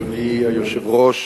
אדוני היושב-ראש,